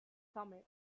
stomach